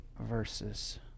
verses